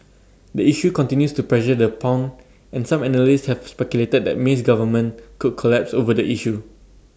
the issue continues to pressure the pound and some analysts have speculated that May's government could collapse over the issue